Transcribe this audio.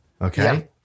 Okay